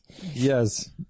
Yes